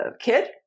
kid